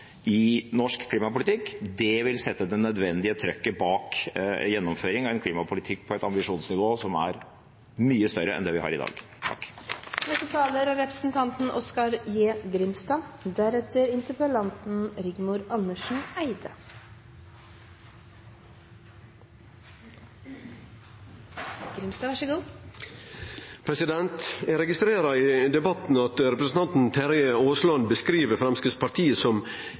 i norsk klimapolitikk. Det vil sette det nødvendige trykket bak gjennomføring av en klimapolitikk på et ambisjonsnivå som er mye større enn det vi har i dag. Eg registrerer i debatten at representanten Terje Aasland beskriv Framstegspartiet som ein krevjande part i regjeringa. Eg kan forsikre Arbeidarpartiet og Terje Aasland om at